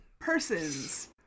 persons